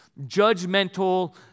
judgmental